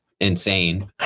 insane